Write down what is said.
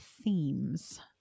themes